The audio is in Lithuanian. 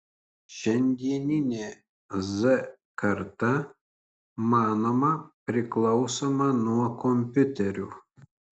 šiandieninė z karta manoma priklausoma nuo kompiuterių